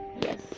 Yes